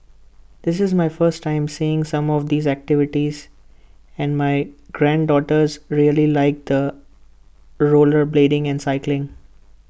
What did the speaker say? this is my first time seeing some of these activities and my granddaughters really liked the rollerblading and cycling